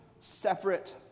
separate